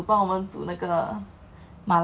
!aiya! not like she will know about this